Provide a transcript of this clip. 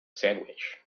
sandwich